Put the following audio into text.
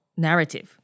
narrative